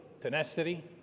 tenacity